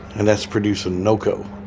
and that's producing no coal.